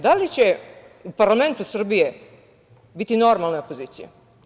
Da li će u parlamentu Srbije biti normalne opozicije?